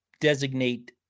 designate